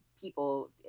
people